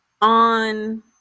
on